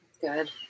Good